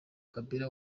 kabila